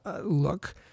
look